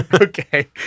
Okay